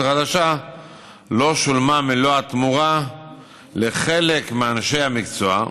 החדשה לא שולמה מלוא התמורה לחלק מאנשי המקצוע.